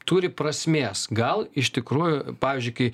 turi prasmės gal iš tikrųjų pavyzdžiui kai